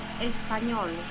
español